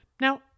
Now